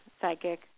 Psychic